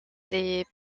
les